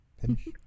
Finish